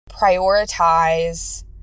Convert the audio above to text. prioritize